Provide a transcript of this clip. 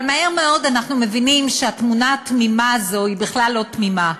אבל מהר מאוד אנחנו מבינים שהתמונה התמימה הזאת היא בכלל לא תמימה.